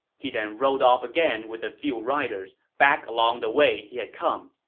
he then rode off again with a few riders, back along the way he had come